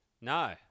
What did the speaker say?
No